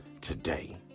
today